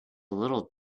little